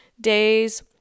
days